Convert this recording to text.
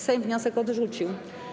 Sejm wniosek odrzucił.